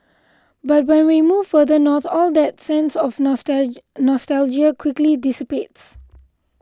but when we move further north all that sense of nostalgia quickly dissipates